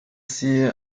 sie